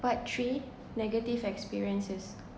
part three negative experiences